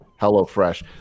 HelloFresh